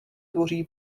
tvoří